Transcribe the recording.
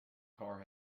car